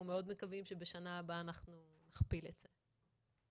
אנחנו מאוד מקווים שבשנה הבאה נכפיל את זה.